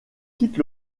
quitte